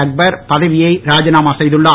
அக்பர் பதவியை ராஜினமா செய்துள்ளார்